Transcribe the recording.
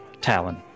Talon